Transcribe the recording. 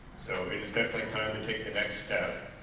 so it is definitely time to take the next step